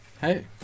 hey